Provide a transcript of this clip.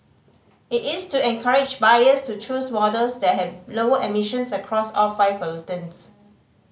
it is to encourage buyers to choose models that have lower emissions across all five pollutants